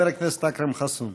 חבר הכנסת אכרם חסון.